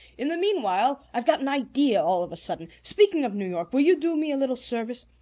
in the meanwhile, i've got an idea all of a sudden. speaking of new york, will you do me a little service?